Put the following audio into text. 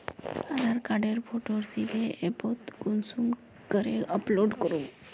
आधार कार्डेर फोटो सीधे ऐपोत कुंसम करे अपलोड करूम?